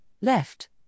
left